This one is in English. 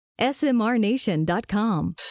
smrnation.com